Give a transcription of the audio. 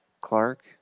Clark